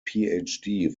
phd